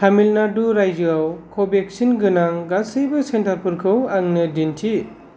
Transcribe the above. तामिलनाडु रायजोआव कवेक्सिन गोनां गासैबो सेन्टारफोरखौ आंनो दिन्थि